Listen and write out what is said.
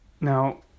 now